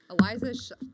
Eliza